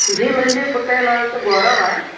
जी मुंहिंजे पुट जो नालो त गौरव आहे